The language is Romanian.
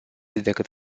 decât